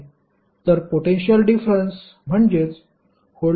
तर potential difference म्हणजेच voltage vab म्हणून दिला जातो